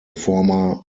former